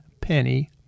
penny